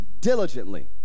diligently